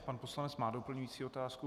Pan poslanec má doplňující otázku.